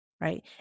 Right